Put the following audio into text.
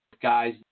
Guys